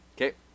okay